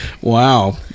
Wow